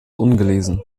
ungelesen